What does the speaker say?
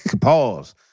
pause